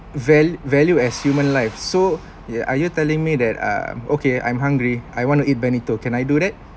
va~ value as human live so yeah are you telling me that um okay I'm hungry I want to eat benito can I do that